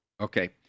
Okay